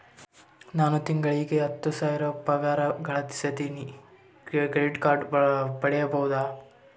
ನಾನು ತಿಂಗಳಿಗೆ ಹತ್ತು ಸಾವಿರ ಪಗಾರ ಗಳಸತಿನಿ ಕ್ರೆಡಿಟ್ ಕಾರ್ಡ್ ಪಡಿಬಹುದಾ?